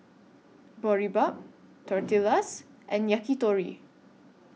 Boribap Tortillas and Yakitori